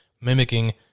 mimicking